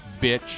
Bitch